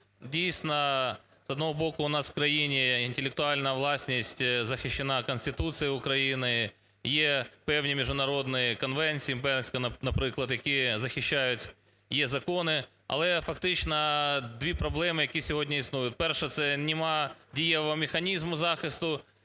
дійсно, з одного боку, у нас в країні інтелектуальна власність захищена Конституцією України, є певні міжнародні конвенції Бернська, наприклад, які захищають, є закони. Але фактично дві проблеми, які сьогодні існують: перша – це немає дієвого механізму захисту